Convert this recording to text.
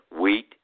wheat